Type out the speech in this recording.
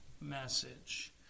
message